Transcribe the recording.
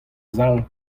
sal